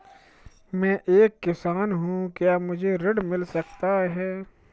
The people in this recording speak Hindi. मैं एक किसान हूँ क्या मुझे ऋण मिल सकता है?